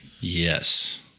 Yes